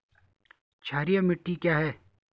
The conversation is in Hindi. क्षारीय मिट्टी क्या है?